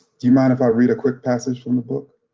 do you mind if i read a quick passage from the book?